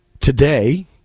Today